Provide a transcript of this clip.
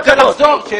יכול לחזור.